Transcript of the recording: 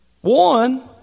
One